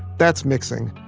that's mixing.